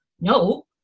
no